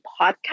podcast